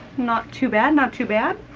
not too bad, not too bad.